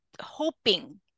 hoping